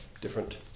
different